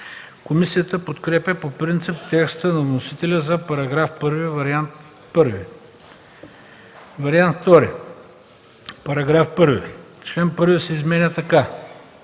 Комисията подкрепя по принцип текста на вносителя за § 1 –вариант І. Вариант ІІ „§ 1. Член 11 се изменя така: